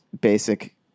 basic